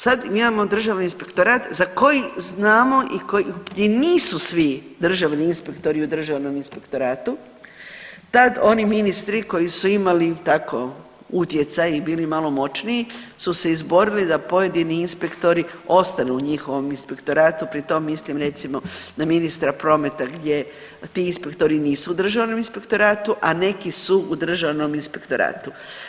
Sad mi imamo Državni inspektorat za koji znamo i koji nisu svi državni inspektori u Državnom inspektoratu, tad oni ministri koji su imali tako, utjecaj i bili malo moćniji su se izborili da pojedini inspektori ostanu u njihovom inspektori ostanu u njihovom inspektoratu, pri tome mislim recimo na ministra prometa gdje ti inspektori nisu u Državnom inspektoratu, a neki su u Državnom inspektoratu.